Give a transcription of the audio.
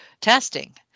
testing